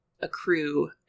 accrue